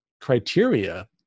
criteria